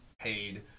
paid